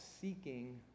seeking